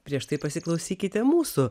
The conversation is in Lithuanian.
prieš tai pasiklausykite mūsų